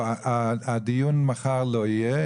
הדיון מחר לא יהיה.